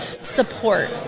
support